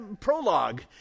prologue